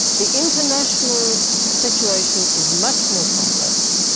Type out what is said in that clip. the international situation is much more complex,